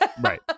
Right